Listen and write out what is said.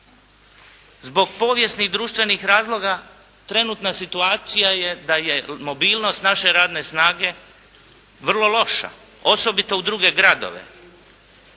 zbog povijesnih društvenih razloga trenutna situacija je da je mobilnost naše radne snage vrlo loša osobito u druge gradove.